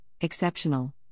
exceptional